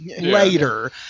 later